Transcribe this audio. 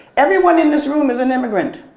everyone in this room is an immigrant.